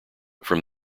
from